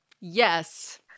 yes